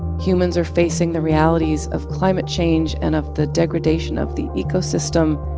humans are facing the realities of climate change and of the degradation of the ecosystem,